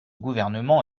gouvernement